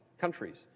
countries